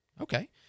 Okay